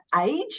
age